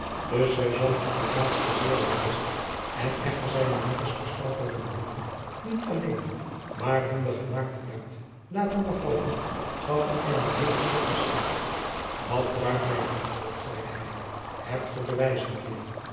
de serjeant die dit laatste zeer wel wist en echter zijne makkers voor straf wilde behoeden niet alleen maar hun den gemaakten buit laten behouden gaf den armen boer een slecht bescheid wat bruit mij zoo'n schoft zeide hij hebt ge bewijzen